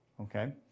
okay